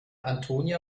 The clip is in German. antonia